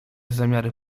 zamiary